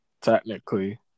technically